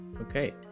Okay